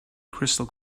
crystal